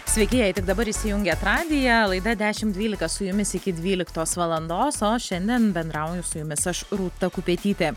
sveiki jei tik dabar įsijungėt radiją laida dešimt dvylika su jumis iki dvyliktos valandos o šiandien bendrauju su jumis aš rūta kupetytė